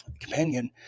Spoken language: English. companion